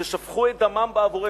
ששפכו את דמם בעבורנו,